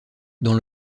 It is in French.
dans